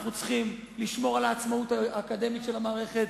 אנחנו צריכים לשמור על העצמאות האקדמית של המערכת,